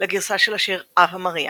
לגרסה של השיר "אווה מריה"